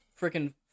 freaking